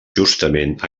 justament